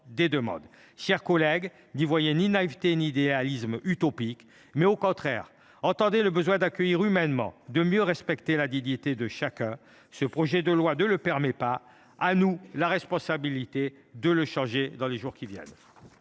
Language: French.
des demandes. Chers collègues, n’y voyez ni naïveté ni idéalisme utopique, mais entendez au contraire le besoin d’accueillir humainement et de mieux respecter la dignité de chacun. Ce projet de loi ne le permet pas : nous avons la responsabilité de le faire évoluer dans les jours qui viennent.